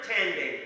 pretending